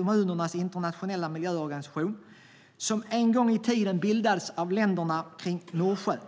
Organisationen bildades en gång i tiden av länderna kring Nordsjön.